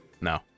No